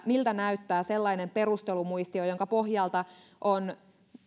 miltä näyttää sellainen perustelumuistio jonka pohjalta on